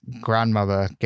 grandmother